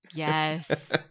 Yes